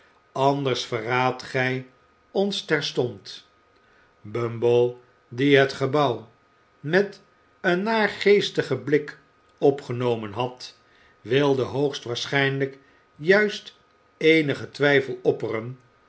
anders verraadt gij ons terstond bumble die het gebouw met een naargeestigen blik opgenomen had wijde hoogst waarschijnlijk juist eenigen twijfel opperen